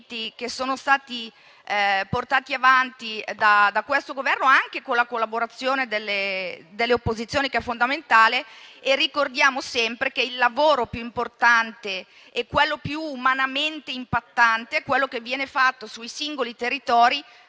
che sono stati portati avanti da questo Governo, anche con la collaborazione delle opposizioni, che è fondamentale. Ricordiamo sempre che il lavoro più importante e più umanamente impattante è quello che viene fatto sui singoli territori,